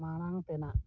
ᱢᱟᱲᱟᱝ ᱛᱮᱱᱟᱜ